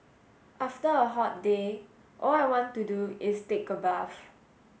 after a hot day all I want to do is take a bath